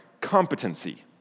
competency